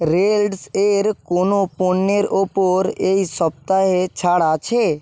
raids এর কোনও পণ্যের ওপর এই সপ্তাহে ছাড় আছে